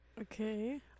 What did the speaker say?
Okay